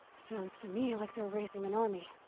sounds to me like they're raising an army.